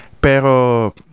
Pero